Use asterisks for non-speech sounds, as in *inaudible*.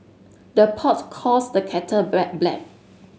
the pot calls the kettle *unintelligible* black